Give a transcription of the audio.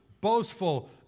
boastful